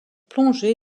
plongé